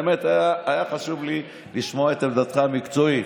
באמת היה חשוב לי לשמוע את עמדתך המקצועית